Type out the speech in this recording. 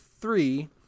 three